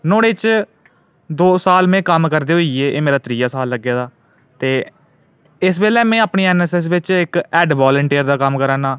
नुहाड़े च में दो साल में कम्म करदे होई गे हून त्रीया साल लग्गे दा ऐ ते इसलै में अपने एन एस एस बिच इक हैड्ड वालंटियर आं